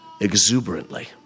exuberantly